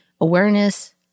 awareness